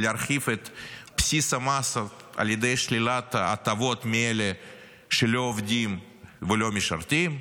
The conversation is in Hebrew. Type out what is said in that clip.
להרחיב את בסיס המס על ידי שלילת הטבות מאלה שלא עובדים ולא משרתים,